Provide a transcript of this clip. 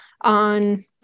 on